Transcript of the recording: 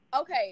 okay